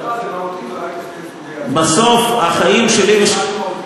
זה מהותי, בסוף, החיים שלי, מהותי.